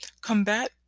combat